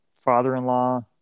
father-in-law